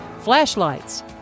flashlights